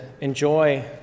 enjoy